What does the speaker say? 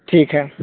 ٹھیک ہے